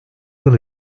yıl